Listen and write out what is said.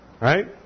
right